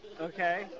Okay